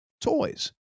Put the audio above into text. toys